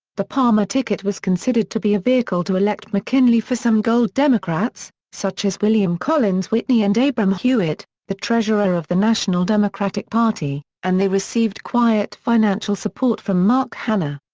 the palmer ticket was considered to be a vehicle to elect mckinley for some gold democrats, such as william collins whitney and abram hewitt, the treasurer of the national democratic party, and they received quiet financial support from mark hanna.